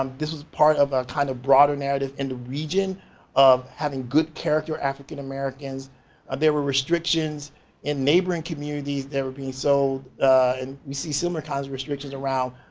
um this was part of a kind of broader narrative in the region of having good character african-americans. there were restrictions in neighboring communities that were being sold and we see similar kinds of restrictions around